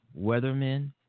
weathermen